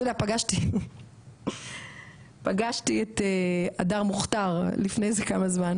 יודע פגשתי את הדר מוכתר לפני כמה זמן,